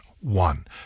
one